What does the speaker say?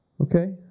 Okay